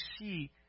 see